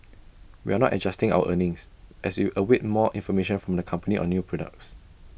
we are not adjusting our earnings as we await more information from the company on new products